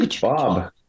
Bob